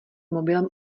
mobilem